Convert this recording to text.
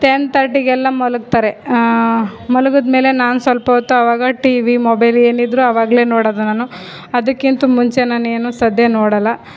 ten ತರ್ಟಿಗೆಲ್ಲ ಮಲಗ್ತಾರೆ ಮಲಗಿದ ಮೇಲೆ ನಾನು ಸ್ವಲ್ಪ ಹೊತ್ತು ಅವಾಗ ಟಿವಿ ಮೊಬೈಲ್ ಏನಿದ್ದರೂ ಅವಾಗಲೇ ನೋಡೋದು ನಾನು ಅದಕ್ಕಿಂತ ಮುಂಚೆ ನಾನೇನು ಸಧ್ಯ ನೋಡೋಲ್ಲ